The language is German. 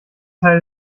teil